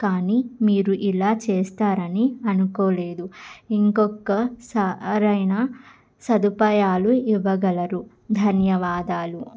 కానీ మీరు ఇలా చేస్తారని అనుకోలేదు ఇంకొక సారైన సదుపాయాలు ఇవ్వగలరు ధన్యవాదాలు